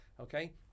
Okay